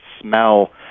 smell